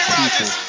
people